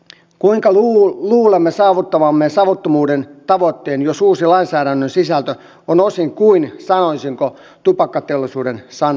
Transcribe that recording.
kuinka luulemme saavuttavamme savuttomuuden tavoitteen jos lainsäädännön uusi sisältö on osin kuin sanoisinko tupakkateollisuuden sanelema